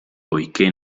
poichè